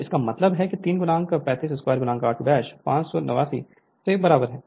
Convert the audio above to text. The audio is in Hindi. तो इसका मतलब है कि 3 352 r2 579 के बराबर है